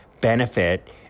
benefit